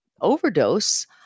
overdose